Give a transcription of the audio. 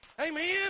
Amen